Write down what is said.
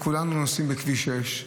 כולנו נוסעים בכביש 6,